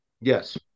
Yes